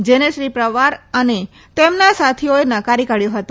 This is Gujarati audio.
જેને શ્રી પવાર અને તેમના સાથીઓએ નકારી કાઢથો હતો